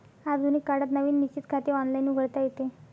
आधुनिक काळात नवीन निश्चित खाते ऑनलाइन उघडता येते